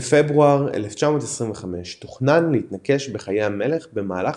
בפברואר 1925 תוכנן להתנקש בחיי המלך במהלך